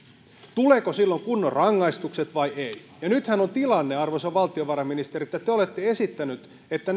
tulevatko silloin kunnon rangaistukset vai eivät ja nythän on tilanne arvoisa valtiovarainministeri että te te olette esittänyt että